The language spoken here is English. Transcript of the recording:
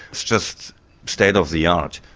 it's just state of the art.